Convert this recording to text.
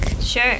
Sure